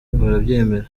barabyemera